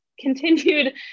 continued